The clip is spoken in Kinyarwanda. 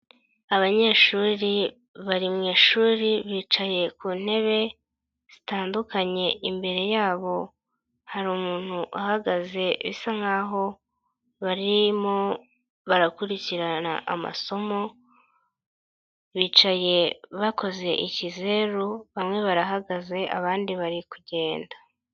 Abanyeshuri bari mu ishuri bicaye ku ntebe zitandukanye, imbere yabo hari umuntu uhagaze bisa nkaho barimo barakurikirana amasomo, bicaye bakoze ikizeru, bamwe barahagaze abandi bari kugenda.